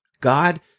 God